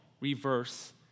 reverse